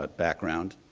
but background,